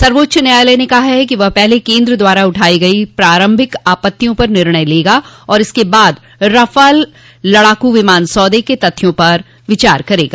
सर्वोच्च न्यायालय ने कहा कि वह पहले केन्द्र द्वारा उठाई गई प्रारंभिक आपत्तियों पर निर्णय लेगा और इसके बाद रफाल लड़ाकू विमान सौदे के तथ्यों पर विचार करेगा